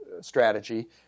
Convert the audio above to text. strategy